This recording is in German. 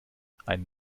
ein